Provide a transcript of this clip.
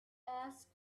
asked